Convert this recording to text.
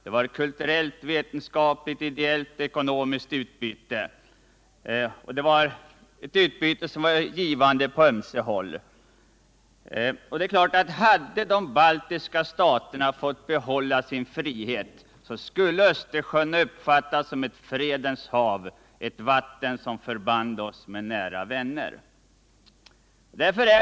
Vi hade kulturellt, vetenskapligt, ideellt och ekonomiskt utbyte — ett utbyte som var givande på ömse håll. Hade de baltiska staterna fått behålla sin frihet skulle givetvis Östersjön ha uppfattats som ett fredens hav, ett vatten som förband oss med nära vänner.